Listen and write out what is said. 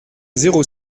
zéro